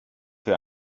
für